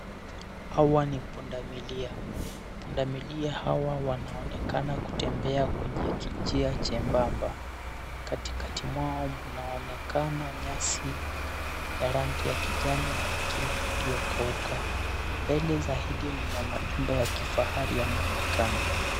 Hawa ni pundamilia, pundamilia hawa wanaonekana kutembea kwenye kijia jebamba. Katikati yao mnaonekana nyasi ya rangi ya kijani na ingine iliyokauka, mbele zaidi mna majumba ya kifahari yanaonekana.